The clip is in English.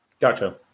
Gotcha